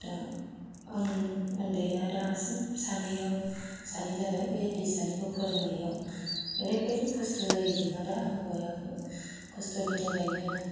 दा आं उन्दैआ दासिम सानैयाव सानै जाबाय बे उन्दै सानैखौ फोरोंनायाव ओरैबायदि खस्थ' जायो जोंहा दा हौवायाबो खस्थ'नि थाखायनो